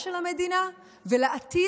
אנחנו מונעים מאהבה ולכן יוצאים להילחם,